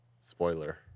Spoiler